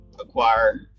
acquire